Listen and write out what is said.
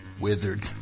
withered